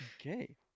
Okay